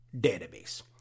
database